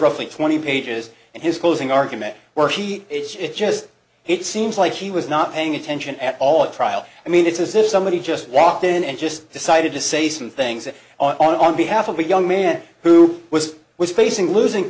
roughly twenty pages and his closing argument where he just it seems like he was not paying attention at all at trial i mean it's as if somebody just walked in and just decided to say some things on behalf of a young man who was was facing losing